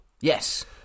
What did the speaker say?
Yes